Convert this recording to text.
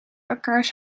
elkaars